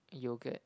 yogurt